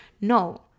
No